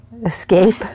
escape